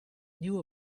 knew